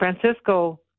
Francisco